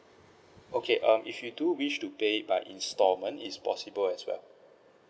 okay um if you do wish to pay by installment it's possible as well